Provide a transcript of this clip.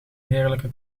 heerlijke